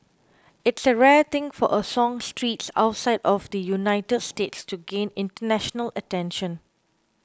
it's a rare thing for a songstress outside of the United States to gain international attention